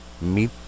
Meet